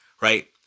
Right